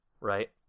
Right